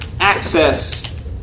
access